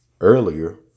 earlier